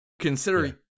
consider